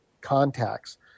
contacts